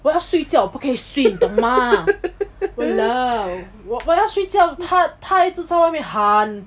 我要睡觉不可以睡你懂吗 !walao! 我要睡觉他一直在外面喊